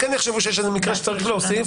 כי אם הם כן יחשבו שיש איזשהו מקרה שצריך להוסיף,